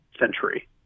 century